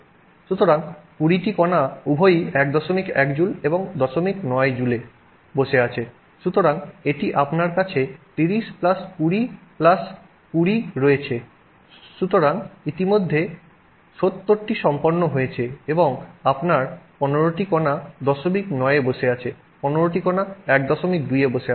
সুতরাং 20 টি কণা উভয়ই 11 জুল এবং 09 জুলে বসে আছে সুতরাং এটি আপনার কাছে 30 প্লাস 20 প্লাস 20 রয়েছে So সুতরাং ইতিমধ্যে 70 টি সম্পন্ন হয়েছে এবং আপনার 15 টি কণা 09 এ বসে আছে 15 টি কণা 12 এ বসে আছে